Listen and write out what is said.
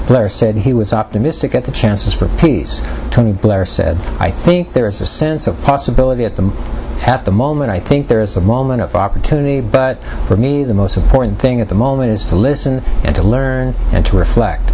blair said he was optimistic at the chances for peace tony blair said i think there is a sense of possibility at the at the moment i think there is a moment of opportunity but for me the most important thing at the moment is to listen and to learn and to reflect